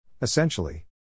Essentially